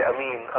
Amin